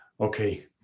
Okay